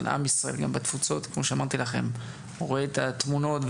גם בתפוצות הוא רואה את התמונות,